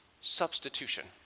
Substitution